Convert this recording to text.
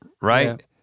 right